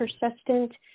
persistent